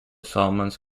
solomons